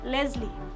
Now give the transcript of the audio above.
Leslie